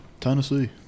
Tennessee